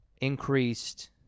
increased